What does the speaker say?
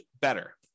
better